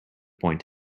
point